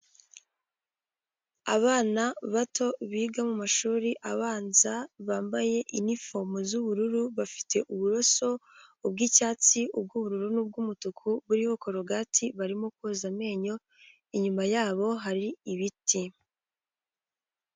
Abana bato biga mu mashuri abanza bambaye inifomu z'ubururu, bafite uburoso bw'icyatsi, ubw'ubururu, umutuku, buriho korogati, barimo koza amenyo inyuma yabo hari ibiti.